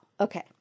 Okay